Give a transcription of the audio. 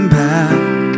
back